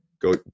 Go